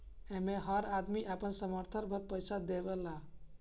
एमे हर आदमी अपना सामर्थ भर पईसा देवेला